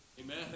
Amen